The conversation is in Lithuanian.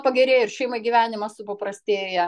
pagerėja ir šeimai gyvenimas supaprastėja